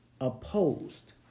opposed